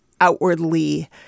outwardly